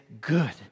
good